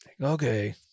Okay